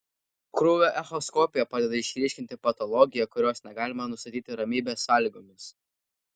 krūvio echoskopija padeda išryškinti patologiją kurios negalime nustatyti ramybės sąlygomis